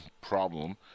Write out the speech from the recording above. problem